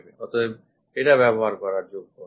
অতএব এটা ব্যবহারযোগ্য নয়